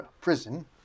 prison